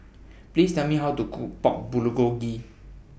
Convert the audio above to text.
Please Tell Me How to Cook Pork Bulgogi